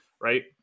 right